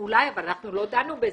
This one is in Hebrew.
אולי, אבל אנחנו לא דנו בזה.